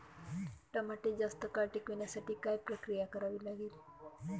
टमाटे जास्त काळ टिकवण्यासाठी काय प्रक्रिया करावी लागेल?